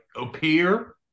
appear